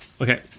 okay